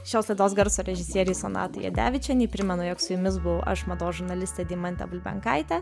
šios laidos garso režisierei sonatai jadevičienei primenu jog su jumis buvau aš mados žurnalistė deimantė bulbenkaitė